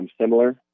similar